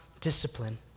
Discipline